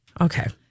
Okay